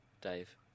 Dave